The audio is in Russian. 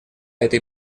этой